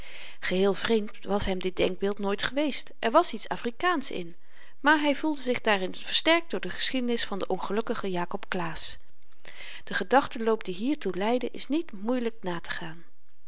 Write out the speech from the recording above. geheel vreemd was hem dit denkbeeld nooit geweest er was iets afrikaansch in maar hy voelde zich daarin versterkt door de geschiedenis van den ongelukkigen jakob claesz de gedachtenloop die hiertoe leidde is niet moeielyk nategaan met